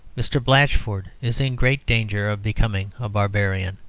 mr. blatchford is in great danger of becoming a barbarian.